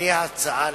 לפי ההצעה,